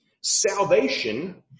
salvation